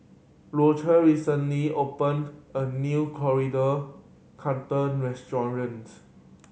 Rodger recently opened a new Coriander Chutney restaurant